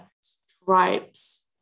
stripes